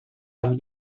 amb